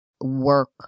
work